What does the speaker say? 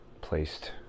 placed